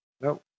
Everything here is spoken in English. Nope